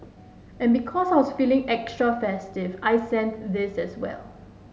and because I was feeling extra festive I sent this as well